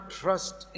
trust